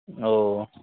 ஓ